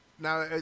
Now